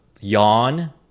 yawn